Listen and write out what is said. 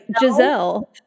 Giselle